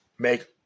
make